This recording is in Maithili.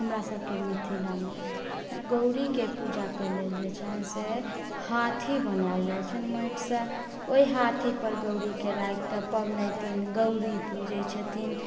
हमरासबके मिथिला मे गौड़ी के पूजा कयलनि जाइ छै से हाथी बनायल जाइ छनि माटि सँ ओहि हाथी पर गौड़ी के राखि कऽ पबनैतिन गौड़ी पूजै छथिन